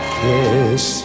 kiss